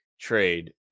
Trade